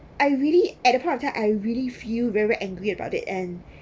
I really at the point of time I really feel very angry about it and